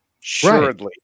Surely